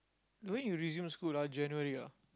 oh when you resume school ah January ah